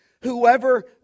whoever